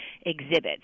exhibit